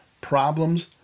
problems